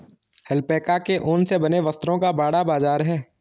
alpaca के ऊन से बने वस्त्रों का बड़ा बाजार है